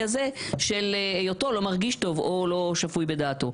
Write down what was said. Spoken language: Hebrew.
הזה של היותו לא מרגיש טוב או לא שפוי בדעתו.